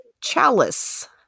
chalice